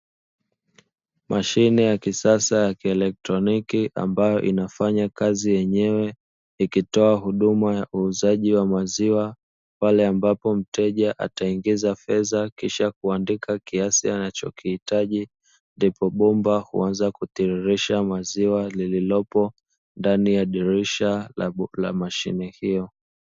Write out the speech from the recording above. Mashine ya kisasa ya kielektroniki ambayo inafanya kazi yenyewe ikitoa huduma ya uuzaji wa maziwa pale ambapo mteja ataingiza fedha kisha kuandika kiasi anachokihitaji ndipo bomba huanza kutiririsha maziwa lililopo ndani ya dirisha la mashine hiyo.